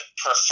prefer